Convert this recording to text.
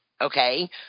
okay